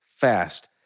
fast